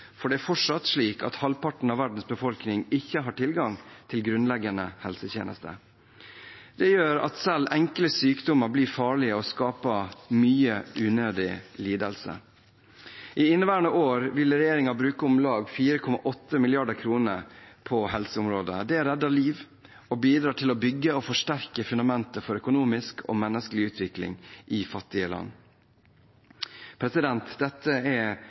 for det er fortsatt slik at halvparten av verdens befolkning ikke har tilgang til grunnleggende helsetjenester. Det gjør at selv enkle sykdommer blir farlige og skaper mye unødig lidelse. I inneværende år vil regjeringen bruke om lag 4,8 mrd. kr på helseområdet. Det redder liv og bidrar til å bygge og forsterke fundamentet for økonomisk og menneskelig utvikling i fattige land. Dette er